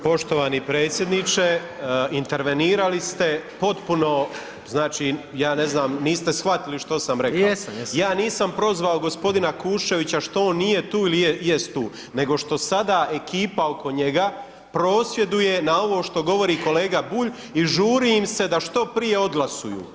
Poštovani predsjedniče intervenirali ste potpuno znači, ja ne znam niste shvatili što sam rekao [[Upadica: Jesam, jesam.]] ja nisam prozvao gospodina Kuščevića što on nije tu ili jest tu, nego što sada ekipa oko njega prosvjeduje na ovo što govori kolega Bulja i žuri im se da što prije odglasuju.